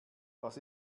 was